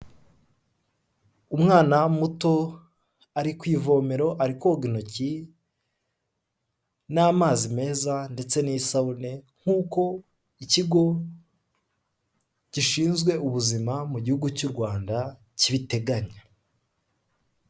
Umwana muto ari ku ivomero ari koga intoki n'amazi meza ndetse n'isabune, nk'uko Ikigo gishinzwe Ubuzima mu gihugu cy'u Rwanda kibiteganya.